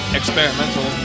experimental